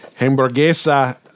hamburguesa